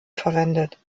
verwendet